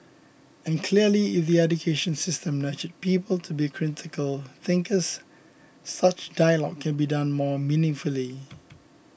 and clearly if the education system nurtured people to be critical thinkers such dialogue can be done more meaningfully